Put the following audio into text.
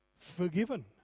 Forgiven